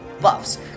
buffs